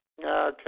Okay